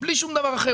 בלי שום דבר אחר.